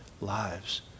lives